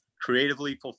creatively